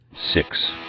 Six